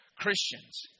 Christians